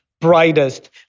brightest